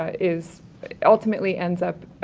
is ultimately ends up, ah,